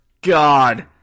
God